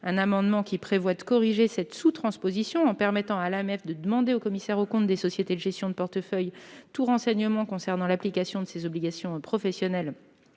Cet amendement vise donc à corriger cette sous-transposition en permettant à l'AMF de demander aux commissaires aux comptes de sociétés de gestion de portefeuille tout renseignement concernant l'application de ses obligations professionnelles,